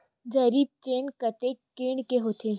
जरीब चेन कतेक फीट के होथे?